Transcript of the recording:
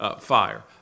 Fire